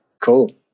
cool